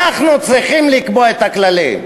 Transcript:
אנחנו צריכים לקבוע את הכללים.